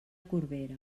corbera